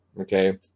okay